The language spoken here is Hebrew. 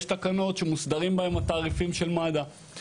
יש תקנות שמוסדרים בהן תעריפי מד"א.